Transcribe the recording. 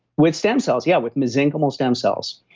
with stem cells, yeah with mesenchymal stem cells,